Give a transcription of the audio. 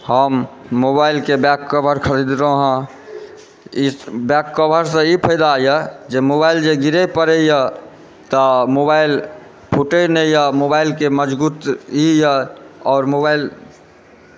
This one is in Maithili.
हम मोबाइलके बैककवर खरीदलहुँ हँ ई बैक कवरसँ ई फायदाए जे मोबाइल जे गिरे पड़य तऽ मोबाइल फूटय नहिए मोबाइलके मजगूतीए आओर मोबाइल